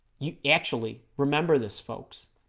you actually remember this folks